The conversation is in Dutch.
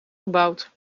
gebouwd